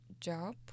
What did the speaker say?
job